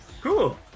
Cool